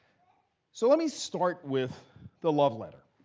so let me start with the love letter,